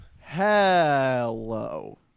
Hello